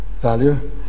value